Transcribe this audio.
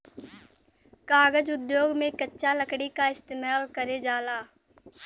कागज उद्योग में कच्चा लकड़ी क इस्तेमाल करल जाला